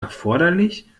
erforderlich